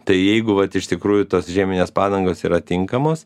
tai jeigu vat iš tikrųjų tos žieminės padangos yra tinkamos